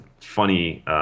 funny